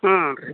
ಹ್ಞೂ ರೀ